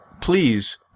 Please